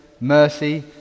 mercy